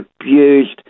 abused